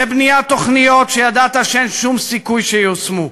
לבניית תוכניות שידעת שאין שום סיכוי שייושמו.